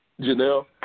Janelle